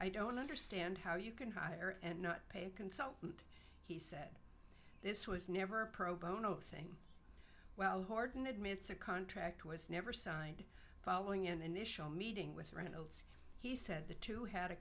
i don't understand how you can hire and not pay a consultant this was never a pro bono thing well horton admits a contract was never signed following an initial meeting with reynolds he said the two had a